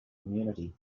community